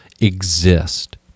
exist